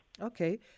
Okay